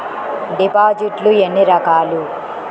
డిపాజిట్లు ఎన్ని రకాలు?